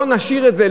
לא נשאיר את זה.